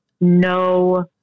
no